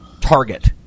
target